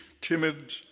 timid